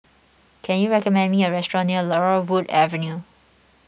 can you recommend me a restaurant near Laurel Wood Avenue